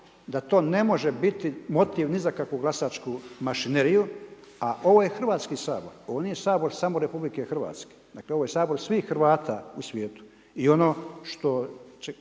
da to ne može biti motiv ni za kakvu glasačku mašineriju, a ovo je Hrvatski sabor, ovo nije Sabor samo RH, ovo je Sabor svih Hrvata u svijetu